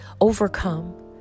overcome